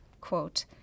quote